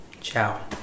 Ciao